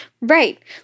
Right